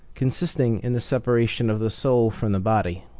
consisting in the separation of the soul from the body.